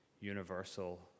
universal